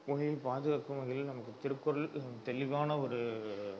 மொழியை பாதுகாக்கும் வகையில் நமக்கு திருக்குறள் தெளிவான ஒரு